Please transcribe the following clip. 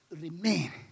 remain